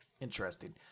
interesting